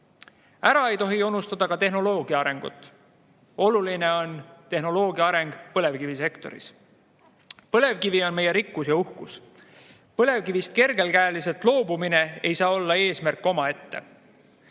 ei tohi unustada ka tehnoloogia arengut. Oluline on tehnoloogia areng põlevkivisektoris. Põlevkivi on meie rikkus ja uhkus. Põlevkivist kergekäeliselt loobumine ei saa olla eesmärk omaette.